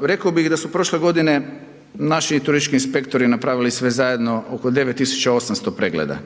rekao bih da su prošle godine naši turistički inspektori napravili sve zajedno oko 9800 pregleda.